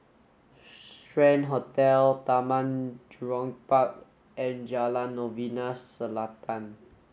Strand Hotel Taman Jurong Park and Jalan Novena Selatan